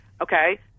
Okay